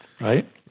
Right